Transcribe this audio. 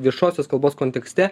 viešosios kalbos kontekste